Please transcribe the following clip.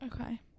Okay